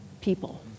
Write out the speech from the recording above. people